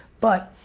but,